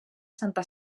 santa